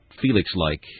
Felix-like